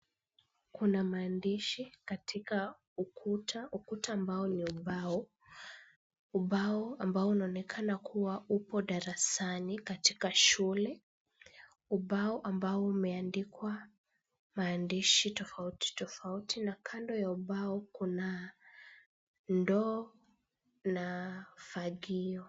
Kuna maandishi katika ukuta ukuta ambao ni ubao, ubao ambao unaonekana kuwa upo darasani katika shule. Ubao ambao umeandikwa maandishi tofauti tofauti na kando ya ubao kuna ndoo na fagio.